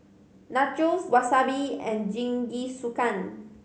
Nachos Wasabi and Jingisukan